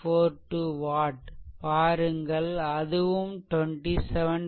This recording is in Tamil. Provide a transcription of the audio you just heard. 42 watt பாருங்கள் அதுவும் 27